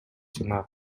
жана